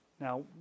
Now